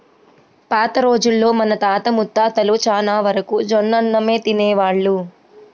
పాత రోజుల్లో మన తాత ముత్తాతలు చానా వరకు జొన్నన్నమే తినేవాళ్ళు